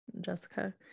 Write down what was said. Jessica